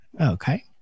Okay